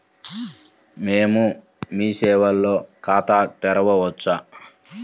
మేము మీ సేవలో ఖాతా తెరవవచ్చా?